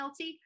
LT